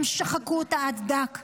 הם שחקו אותם עד דק.